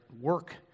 work